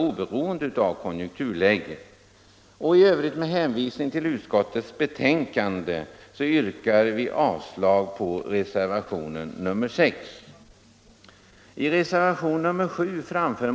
I övrigt hänvisar jag till utskottets betänkande.